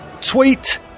Tweet